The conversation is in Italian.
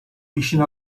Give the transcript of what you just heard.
piscina